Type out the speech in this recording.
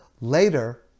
Later